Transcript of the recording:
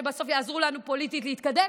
שבסוף יעזרו לנו פוליטית להתקדם?